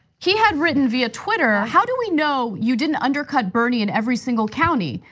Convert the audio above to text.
he had written via twitter, how do we know you didn't undercut bernie in every single county,